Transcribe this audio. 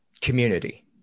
community